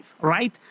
right